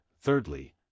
thirdly